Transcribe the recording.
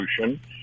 solution